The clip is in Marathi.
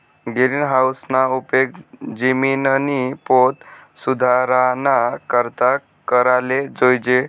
गिरीनहाऊसना उपेग जिमिननी पोत सुधाराना करता कराले जोयजे